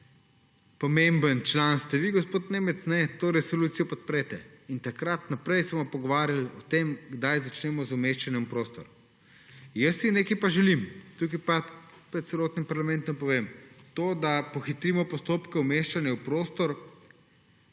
pomemben član ste vi, gospod Nemec, to resolucijo podprete. Od takrat naprej se bomo pogovarjali o tem, kdaj začnemo umeščanje v prostor. Jaz si nekaj pa želim, tukaj pa pred celotnim parlamentom povem. To, da pohitrimo postopke umeščanja v prostor